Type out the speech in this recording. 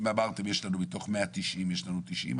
אם אמרתם מתוך 190 יש לנו 90,